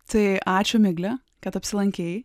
tai ačiū migle kad apsilankei